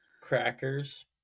crackers